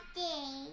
day